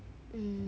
mm